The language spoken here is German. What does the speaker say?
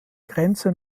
grenze